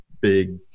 big